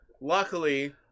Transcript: luckily